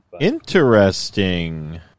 Interesting